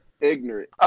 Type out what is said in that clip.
ignorant